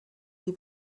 die